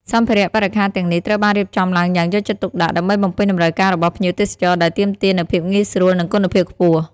សម្ភារៈបរិក្ខារទាំងនេះត្រូវបានរៀបចំឡើងយ៉ាងយកចិត្តទុកដាក់ ដើម្បីបំពេញតម្រូវការរបស់ភ្ញៀវទេសចរដែលទាមទារនូវភាពងាយស្រួល និងគុណភាពខ្ពស់។